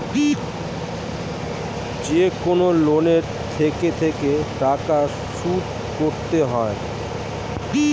যেকনো লোনে থেকে থেকে টাকা শোধ করতে হয়